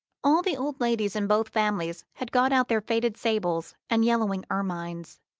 all the old ladies in both families had got out their faded sables and yellowing ermines,